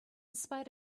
spite